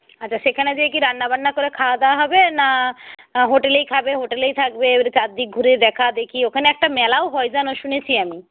আচ্ছা সেখানে যেয়ে কি রান্নাবান্না করে খাওয়া দাওয়া হবে না হোটেলেই খাবে হোটেলেই থাকবে এবারে চারদিক ঘুরে দেখা দেখি ওখানে একটা মেলাও হয় জানো শুনেছি আমি